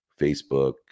Facebook